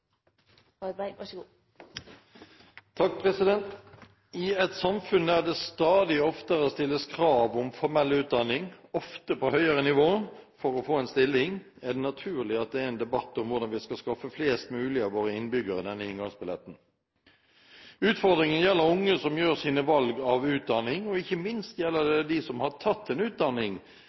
I et samfunn der det stadig oftere stilles krav om formell utdanning – ofte på høyere nivå – for å få en stilling, er det naturlig at det er en debatt om hvordan vi skal skaffe flest mulig av våre innbyggere denne inngangsbilletten. Utfordringen gjelder unge som gjør sine valg av utdanning, og ikke minst gjelder det dem som har tatt en utdanning,